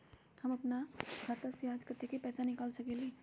हम अपन खाता से आज कतेक पैसा निकाल सकेली?